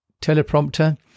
Teleprompter